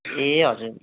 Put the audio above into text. ए हजुर